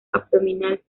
abdominal